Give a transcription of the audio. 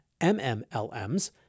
MMLMs